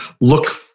look